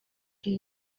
ibi